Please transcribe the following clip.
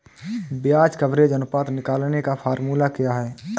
ब्याज कवरेज अनुपात निकालने का फॉर्मूला क्या है?